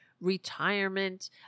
retirement